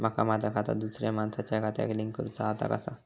माका माझा खाता दुसऱ्या मानसाच्या खात्याक लिंक करूचा हा ता कसा?